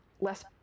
less